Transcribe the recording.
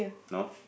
nope